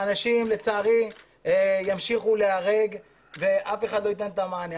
האנשים לצערי ימשיכו להיהרג ואף אחד לא ייתן את המענה.